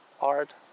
art